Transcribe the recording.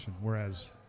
whereas